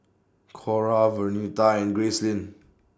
Cora Vernita and Gracelyn